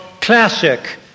classic